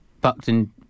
Buckton